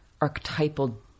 archetypal